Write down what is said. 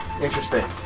Interesting